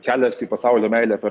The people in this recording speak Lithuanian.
kelias į pasaulio meilę per